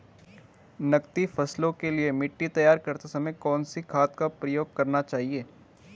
नकदी फसलों के लिए मिट्टी तैयार करते समय कौन सी खाद प्रयोग करनी चाहिए?